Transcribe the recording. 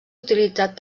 utilitzat